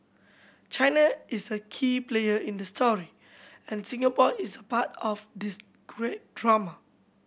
China is a key player in the story and Singapore is a part of this great drama